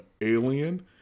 alien